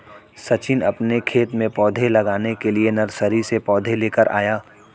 सचिन अपने खेत में पौधे लगाने के लिए नर्सरी से पौधे लेकर आया